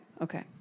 Okay